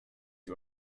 you